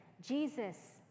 Jesus